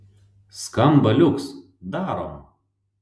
skamba liuks darom